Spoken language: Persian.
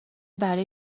برای